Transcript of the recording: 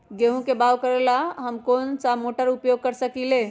गेंहू के बाओ करेला हम कौन सा मोटर उपयोग कर सकींले?